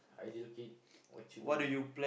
ideal kid what you mean